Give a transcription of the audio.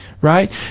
Right